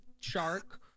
shark